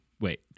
Wait